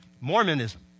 Mormonism